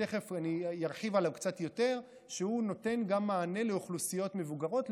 תכף אני ארחיב עליו קצת יותר, נותן גם מענה לאוכלוסיות מבוגרות,